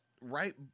right